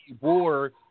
war